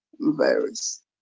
virus